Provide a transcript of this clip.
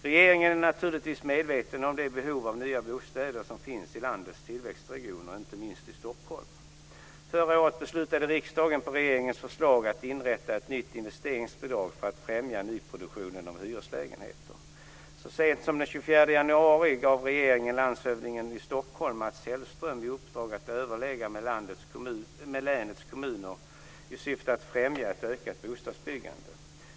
Regeringen är naturligtvis medveten om det behov av nya bostäder som finns i landets tillväxtregioner, inte minst i Stockholm. Förra året beslutade riksdagen, på regeringens förslag, att inrätta ett nytt investeringsbidrag för att främja nyproduktionen av hyreslägenheter. Så sent som den 24 januari gav regeringen landshövdingen i Stockholm, Mats Hellström, i uppdrag att överlägga med länets kommuner i syfte att främja ett ökat bostadsbyggande.